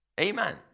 Amen